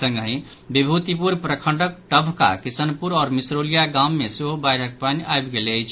संगहि विभूतिपुर प्रखंडक टभका किशनपुर आओर मिश्रौलिया गाम मे सेहो बाढ़िक पानि आबि गेल अछि